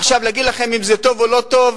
עכשיו, להגיד לכם אם זה טוב או לא טוב,